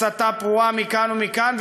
הסתה פרועה מכאן ומכאן,